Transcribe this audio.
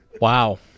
Wow